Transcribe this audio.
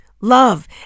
love